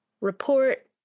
report